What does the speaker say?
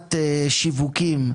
הגדלת שיווקים.